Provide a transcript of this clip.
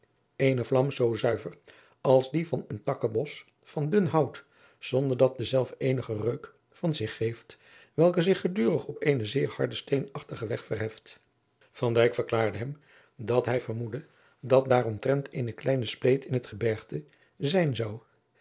eene vlam zoo zuiver als die van een takkebos van dun hout zonder dat dezelve eenigen reuk van zich geeft welke zich gedurig op eenen zeer harden steenachtigen weg verheft van dijk verklaarde hem dat hij vermoedde dat daaromtrent eene kleine spleet in het gebergte zijn zou